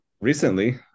recently